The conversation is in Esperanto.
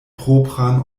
propran